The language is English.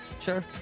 Sure